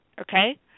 Okay